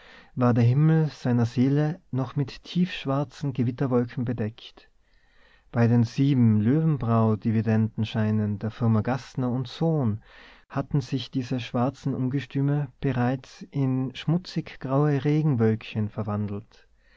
war der himmel seiner seele noch mit tiefschwarzen gewitterwolken bedeckt bei den sieben löwenbräu dividendenscheinen der firma gassner und sohn hatten sich diese schwarzen ungetüme bereits in schmutzig graue regenwölkchen verwandelt